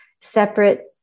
separate